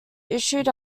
issued